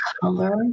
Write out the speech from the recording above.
color